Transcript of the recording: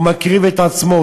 הוא מקריב את עצמו,